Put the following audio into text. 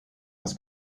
was